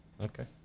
Okay